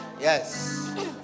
Yes